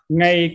ngay